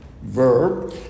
verb